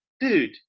dude